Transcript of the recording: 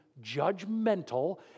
judgmental